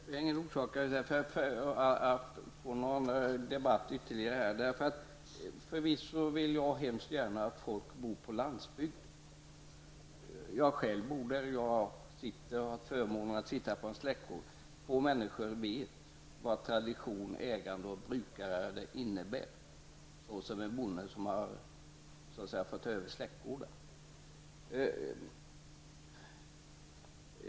Fru talman! Det finns ingen anledning att föra någon ytterligare debatt om detta. Förvisso vill jag hemskt gärna att folk bor på landsbygden. Jag bor själv på landsbygden, och har förmånen att besitta en släktgård. Få människor vet vad tradition, ägande och brukande innebär såsom en bonde som har fått ta över släktgården.